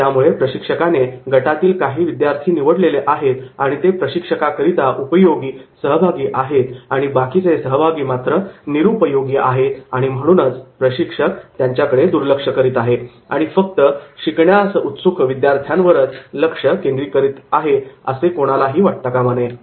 त्यामुळे प्रशिक्षकाने गटातील काही विद्यार्थी निवडलेले आहेत आणि ते प्रशिक्षकाकरिता उपयोगी सहभागी आहेत आणि बाकीचे सहभागी मात्र निरुपयोगी आहेत आणि म्हणूनच प्रशिक्षक त्यांच्यावर दुर्लक्ष करीत आहे व फक्त शिकण्यास उत्सुक विद्यार्थ्यां वरच लक्ष केंद्रित करीत आहे असे कोणालाही वाटता कामा नये